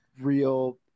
real